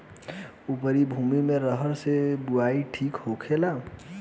उपरी भूमी में अरहर के बुआई ठीक होखेला?